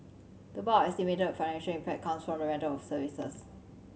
the bulk of the estimated financial impact comes from the rental of facilities